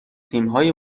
تیمهای